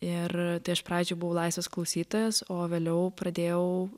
ir tai aš pradžioj buvau laisvas klausytojas o vėliau pradėjau